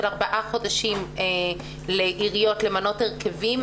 ארבעה חודשים לעיריות למנות הרכבים.